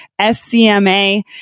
SCMA